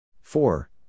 Four